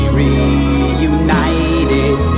reunited